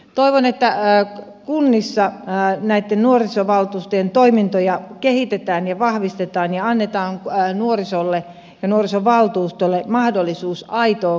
toivon että kunnissa näitten nuorisovaltuustojen toimintoja kehitetään ja vahvistetaan ja annetaan nuorisolle ja nuorisovaltuustolle mahdollisuus aitoon vaikuttamiseen